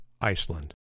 Iceland